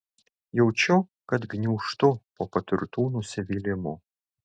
jaučiu kad gniūžtu po patirtų nusivylimų